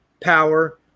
Power